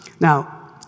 Now